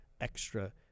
extra